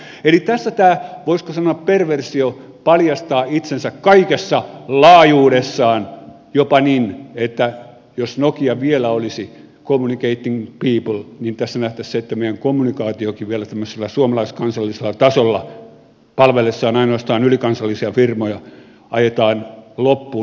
eli tässä tämä voisiko sanoa perversio paljastaa itsensä kaikessa laajuudessaan jopa niin että jos nokia vielä olisi communicating people niin tässä nähtäisiin se että meidän kommunikaatiommekin vielä tämmöisellä suomalaiskansallisella tasolla palvellessaan ainoastaan ylikansallisia firmoja ajetaan loppuun